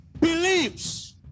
believes